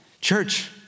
Church